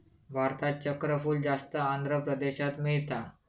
भारतात चक्रफूल जास्त आंध्र प्रदेशात मिळता